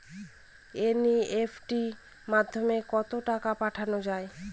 NEFT মাধ্যমে কত টাকা পাঠানো যায়?